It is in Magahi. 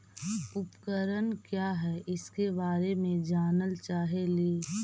उपकरण क्या है इसके बारे मे जानल चाहेली?